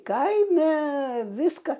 kaime viską